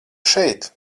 šeit